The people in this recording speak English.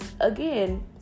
again